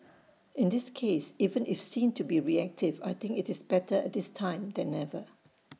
in this case even if seen to be reactive I think IT is better at this time than never